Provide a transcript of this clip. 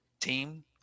team